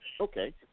Okay